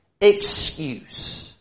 excuse